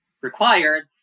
required